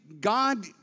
God